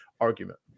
argument